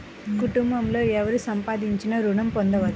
కుటుంబంలో ఎవరు సంపాదించినా ఋణం పొందవచ్చా?